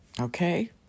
okay